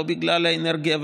לא בגלל האנרגיה,